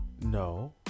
No